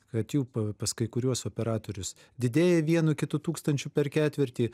kad jų pa pas kai kuriuos operatorius didėja vienu kitu tūkstančiu per ketvirtį